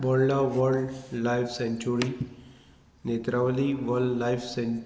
Bodla wild life sanctuary Netravali wild life सेंच